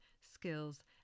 skills